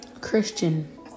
Christian